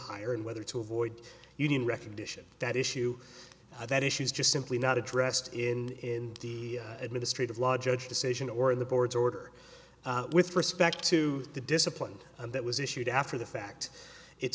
and whether to avoid union recognition that issue that issues just simply not addressed in the administrative law judge decision or in the board's order with respect to the discipline that was issued after the fact it's